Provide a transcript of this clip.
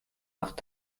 macht